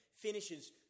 finishes